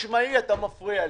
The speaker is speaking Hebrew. חד-משמעי, אתה מפריע לי.